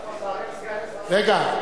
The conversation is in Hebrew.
רגע,